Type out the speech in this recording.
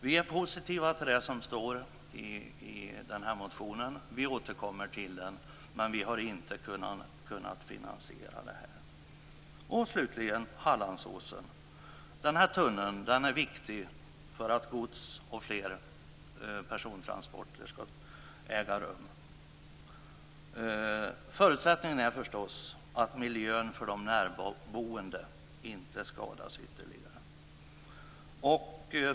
Vi är positiva till det som står i den här motionen, och vi återkommer till den, men vi har inte kunnat finansiera det här. Slutligen vill jag ta upp Hallandsåsen. Den här tunneln är viktig för att fler gods och persontransporter skall äga rum. Förutsättningen är förstås att miljön för de närboende inte skadas ytterligare.